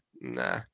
Nah